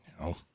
no